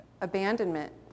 abandonment